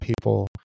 people